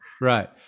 right